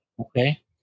okay